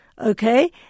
Okay